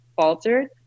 faltered